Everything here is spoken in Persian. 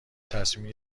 تصمیم